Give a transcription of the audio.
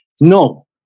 No